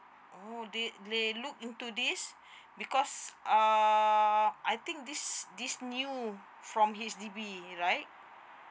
orh they they look into this because err I think this this new from H_D_B right